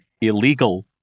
illegal